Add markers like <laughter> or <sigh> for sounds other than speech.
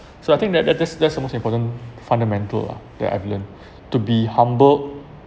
so I think that that that's that's the most important fundamental lah that I've learnt <breath> to be humble